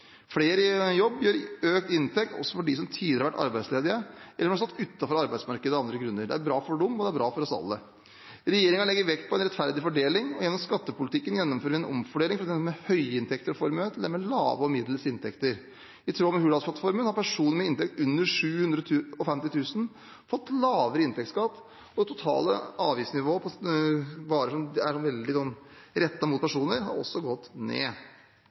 Flere i jobb gir økt inntekt også for dem som tidligere har vært arbeidsledige, eller som har stått utenfor arbeidsmarkedet av andre grunner. Det er bra for dem, og det er bra for oss alle. Regjeringen legger vekt på en rettferdig fordeling, og gjennom skattepolitikken gjennomfører vi en omfordeling fra dem med høye inntekter og formue til dem med lave og middels inntekter. I tråd med Hurdalsplattformen har personer med inntekt under 750 000 kr fått lavere inntektskatt, og det totale avgiftsnivået for varer som er veldig rettet mot personer, har også gått ned.